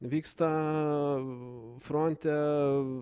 vyksta fronte